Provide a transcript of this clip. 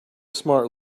smart